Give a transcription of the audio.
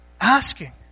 asking